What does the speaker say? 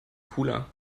cooler